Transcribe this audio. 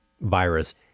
virus